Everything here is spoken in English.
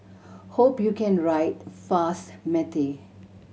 hope you can write fast matey